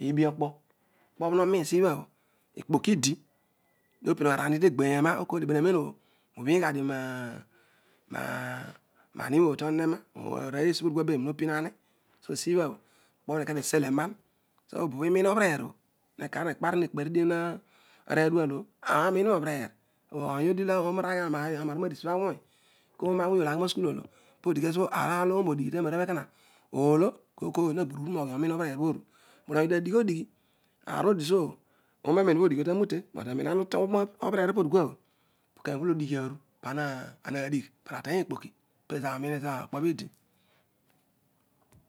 iibi okpo, okobho wonw sibabho ikpok idi wobinogh araanni tegheena onelamem obho ubhinugha duo nam tegbeyena toghoi lbelamem obho ubhri igha dio nuia do wu eroa arooy esiloba bho pezo hoph abi bo esibha bho okpoh ekaer eseloman so obobho nubho obareer obho kekaar ekparoh ikpenridieh arooy odual obho ama uioumio roo bereer aka vaghi nadiabh arooy kedio oiar ola ama ulogbom odighi tenerua rosy obho eko ha oolo kooy kooy ha ghurughuru rooghi ororn obereer obho oru nolodia dinodighi aar obho disiobho oonane ro dis bho odighiabha to roiete but iba ana utu onah obereer opo dikua obho anero kanero ola odighi ewu panadig panateng ogboki